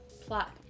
plot